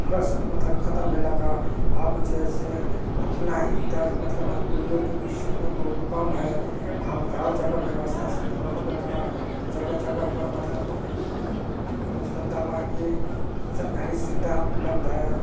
ग्रस्त मतलब खतम भेलक हऽ आब जे हइ से अपना इधर मतलब पोलियोके विषयमे बहुत कम हइ आब हर जगह व्यवस्था शुरु भऽ गेलक हऽ जगह जगहपर मतलब मतलब दवाके सरकारी सुविधा उपलब्ध हइ